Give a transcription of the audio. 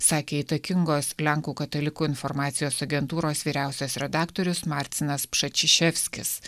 sakė įtakingos lenkų katalikų informacijos agentūros vyriausias redaktorius marcinas pšečiševskis